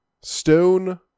stone